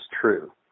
true